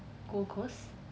gold coast